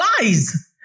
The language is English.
lies